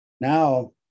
Now